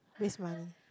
waste money